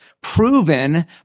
proven